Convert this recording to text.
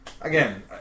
again